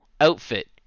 outfit